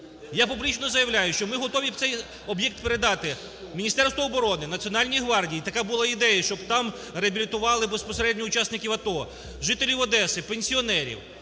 Я публічно заявляю, що ми готові цей об'єкт передати Міністерству оборони, Національній гвардії, така була ідея, щоб там реабілітували безпосередньо учасників АТО, жителів Одеси, пенсіонерів.